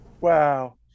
Wow